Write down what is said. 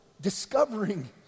discovering